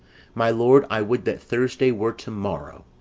my lord, i would that thursday were to-morrow.